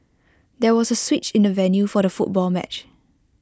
there was A switch in the venue for the football match